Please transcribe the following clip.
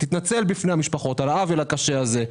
ותתנצל בפני המשפחות על העוול הקשה הזה,